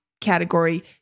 category